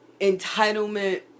entitlement